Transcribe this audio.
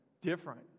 Different